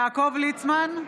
יעקב ליצמן,